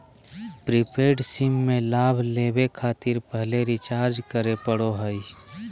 prepaid SIM में लाभ लेबे खातिर पहले रिचार्ज करे पड़ो हइ